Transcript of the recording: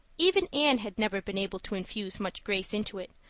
even anne had never been able to infuse much grace into it,